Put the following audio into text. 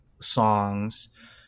songs